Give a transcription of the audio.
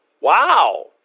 Wow